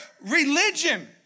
religion